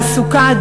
תעסוקה,